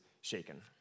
Shaken